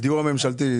הדיור הממשלתי.